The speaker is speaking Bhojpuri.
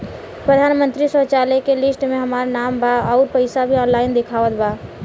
प्रधानमंत्री शौचालय के लिस्ट में हमार नाम बा अउर पैसा भी ऑनलाइन दिखावत बा